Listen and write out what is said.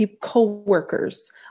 co-workers